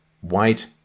white